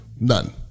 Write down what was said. None